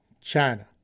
China